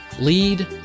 Lead